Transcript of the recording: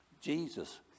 Jesus